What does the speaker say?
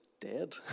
dead